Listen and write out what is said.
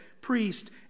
priest